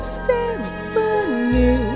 symphony